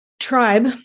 Tribe